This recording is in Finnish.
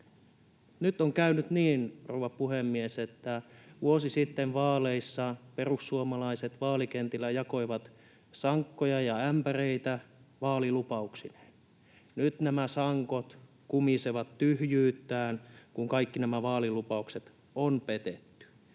Nyt on käynyt niin, rouva puhemies, että vuosi sitten vaaleissa perussuomalaiset vaalikentillä jakoivat sankoja ja ämpäreitä vaalilupauksineen. Nyt nämä sangot kumisevat tyhjyyttään, kun kaikki nämä vaalilupaukset on petetty.